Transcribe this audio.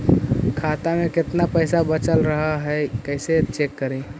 खाता में केतना पैसा बच रहले हे कैसे चेक करी?